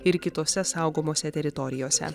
ir kitose saugomose teritorijose